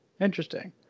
interesting